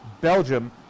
belgium